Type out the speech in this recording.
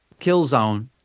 Killzone